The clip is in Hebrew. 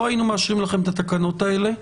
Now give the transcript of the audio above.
לא היינו מאשרים לכם את התקנות האלה.